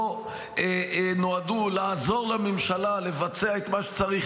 לא נועדו לעזור לממשלה לבצע את מה שצריך,